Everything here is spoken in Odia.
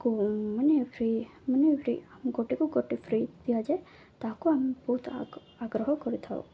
ମାନେ ଫ୍ରି ମାନେ ଫ୍ରି ଗୋଟେକୁ ଗୋଟେ ଫ୍ରି ଦିଆଯାଏ ତାହାକୁ ଆମେ ବହୁତ ଆଗ୍ରହ କରିଥାଉ